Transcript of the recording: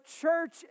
church